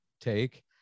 take